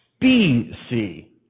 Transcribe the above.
BC